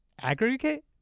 Aggregate